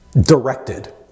directed